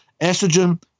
estrogen